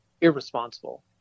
irresponsible